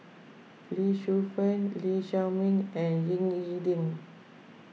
Lee Shu Fen Lee Shao Meng and Ying E Ding